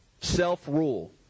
self-rule